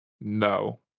No